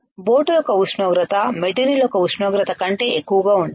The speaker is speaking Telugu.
బోట్ యొక్క ఉష్ణోగ్రతమెటీరియల్ యొక్క ఉష్ణోగ్రత కంటే ఎక్కువగా ఉండాలి